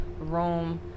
Rome